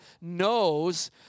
knows